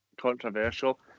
controversial